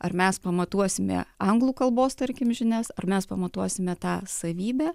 ar mes pamatuosime anglų kalbos tarkim žinias ar mes pamatuosime tą savybę